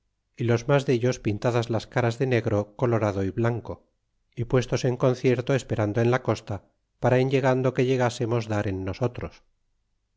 y los mas dellos pintadas las caras de negro colorado y blanco y puestos en concierto esperando en la costa para en llegando que liegasemos dar en nosotros